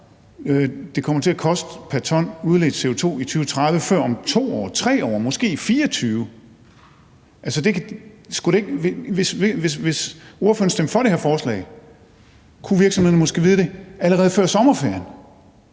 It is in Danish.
det kommer til at koste pr. ton udledt CO2 i 2030 før om 2 år, 3 år, måske i 2024. Hvis ordføreren stemte for det her forslag, kunne virksomhederne måske allerede før sommerferien